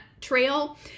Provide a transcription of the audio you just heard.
trail